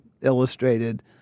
illustrated